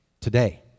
today